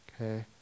okay